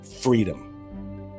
Freedom